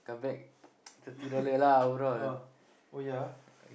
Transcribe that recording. oh oh yeah ah